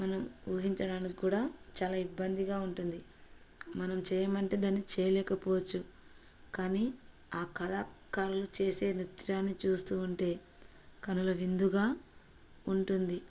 మనం ఊహించడానికి కూడా చాలా ఇబ్బందిగా ఉంటుంది మనం చేయమంటే దాన్ని చేయలేకపోవచ్చు కానీ ఆ కళాకారులు చేసే నృత్యాన్ని చూస్తూ ఉంటే కనుల విందుగా ఉంటుంది